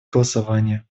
голосования